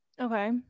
Okay